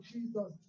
Jesus